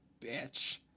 bitch